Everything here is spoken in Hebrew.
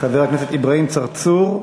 חבר הכנסת אברהים צרצור,